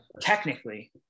technically